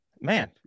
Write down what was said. Man